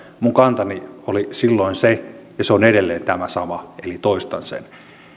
minun kantani oli silloin se ja se on edelleen tämä sama eli toistan sen